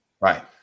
Right